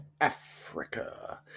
Africa